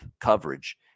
coverage